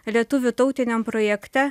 lietuvių tautiniam projekte